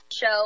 show